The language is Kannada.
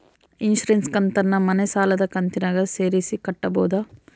ಇನ್ಸುರೆನ್ಸ್ ಕಂತನ್ನ ಮನೆ ಸಾಲದ ಕಂತಿನಾಗ ಸೇರಿಸಿ ಕಟ್ಟಬೋದ?